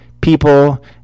people